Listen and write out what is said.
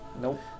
Nope